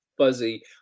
fuzzy